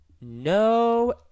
No